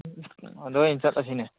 ꯑꯗ ꯑꯣꯏ ꯆꯠꯂꯁꯤꯅꯦ